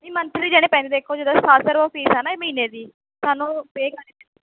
ਜੀ ਮੰਥਲੀ ਦੇਣੇ ਪੈਂਦੇ ਦੇਖੋ ਜਿੱਦਾਂ ਸੌ ਰੁਪਇਆ ਫੀਸ ਹੈ ਨਾ ਮਹੀਨੇ ਦੀ ਸਾਨੂੰ ਪੇ ਕਰਨੀ ਪੈਂਦੀ